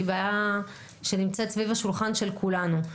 היא בעיה שנמצאת סביב השולחן של כולנו.